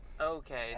Okay